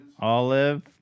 Olive